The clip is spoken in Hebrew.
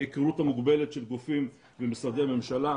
ההיכרות המוגבלת של גופים ממשרדי הממשלה,